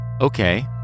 Okay